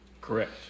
Correct